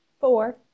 Four